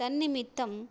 तन्निमित्तम्